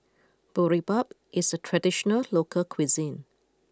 Boribap is a traditional local cuisine